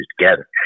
together